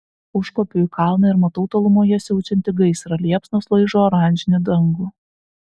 užkopiu į kalną ir matau tolumoje siaučiantį gaisrą liepsnos laižo oranžinį dangų